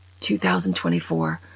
2024